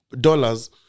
dollars